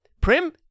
prim